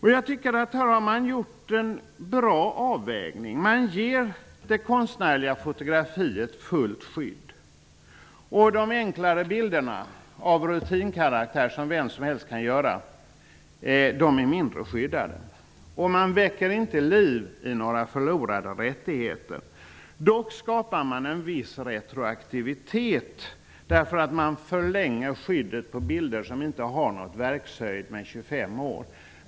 Här har man gjort en bra avvägning. Man ger det konstnärliga fotografiet fullt skydd, och de enklare bilderna av rutinkaraktär, som vem som helst kan åstadkomma, är mindre skyddade. Man väcker alltså inte liv i några förlorade rättigheter. Dock skapar man en viss retroaktivitet, eftersom man förlänger skyddet på bilder som inte har någon verkshöjd med 25 år.